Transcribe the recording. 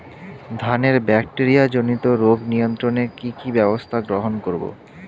ধানের ব্যাকটেরিয়া জনিত রোগ নিয়ন্ত্রণে কি কি ব্যবস্থা গ্রহণ করব?